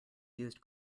used